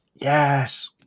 Yes